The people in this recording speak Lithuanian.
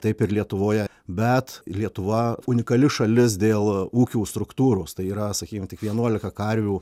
taip ir lietuvoje bet lietuva unikali šalis dėl ūkių struktūros tai yra sakykim tik vienuolika karvių